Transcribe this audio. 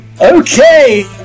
Okay